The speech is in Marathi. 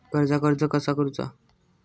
कर्जाक अर्ज कसा करुचा?